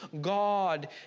God